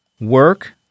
work